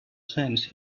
sense